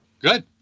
Good